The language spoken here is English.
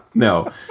no